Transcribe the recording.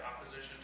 opposition